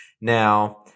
Now –